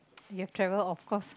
you have travel of course